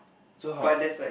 so how